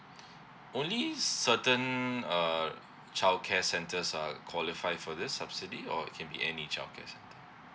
only certain uh childcare centers are qualifiy for this subsidy or it can be any childcare centre